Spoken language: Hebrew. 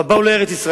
אבל באו לארץ-ישראל,